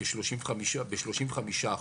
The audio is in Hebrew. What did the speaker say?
ב-35%,